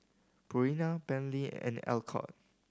Purina Bentley and Alcott